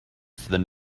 than